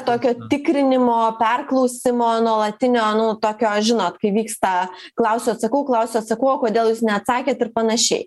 tokio tikrinimo perklausimo nuolatinio nu tokio žinot kai vyksta klausiu atsakau klausiu atsakau o kodėl jūs neatsakėt ir panašiai